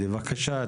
המשפטים,